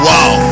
Wow